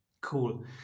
cool